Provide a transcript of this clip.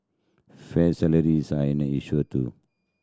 fair salaries are an a issue too